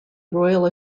royal